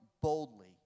boldly